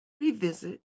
revisit